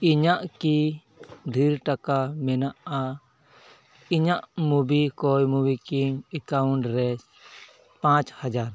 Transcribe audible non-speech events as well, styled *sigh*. ᱤᱧᱟᱹᱜ ᱠᱤ ᱰᱷᱮᱨ ᱴᱟᱠᱟ ᱢᱮᱱᱟᱜᱼᱟ ᱤᱧᱟᱹᱜ ᱢᱳᱵᱤᱠᱤ ᱠᱩᱭᱤᱠ *unintelligible* ᱮᱠᱟᱣᱩᱱᱴ ᱨᱮ ᱯᱟᱸᱪ ᱦᱟᱡᱟᱨ